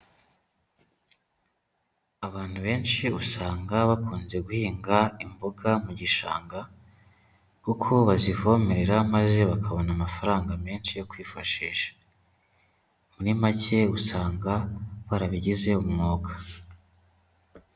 Abantu benshi usanga bakunze guhinga imboga mu gishanga, kuko bazivomerera maze bakabona amafaranga menshi yo kwifashisha. Muri make usanga barabigize umwuga.